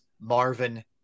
Marvin